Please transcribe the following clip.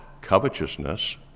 covetousness